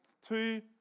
two